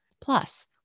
Plus